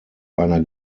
einer